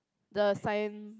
the sign